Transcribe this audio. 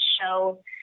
show